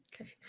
Okay